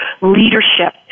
leadership